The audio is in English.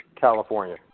California